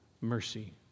mercy